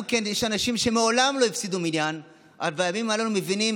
יש אנשים שמעולם לא הפסידו מניין אבל בימים האלה מבינים